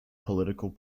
political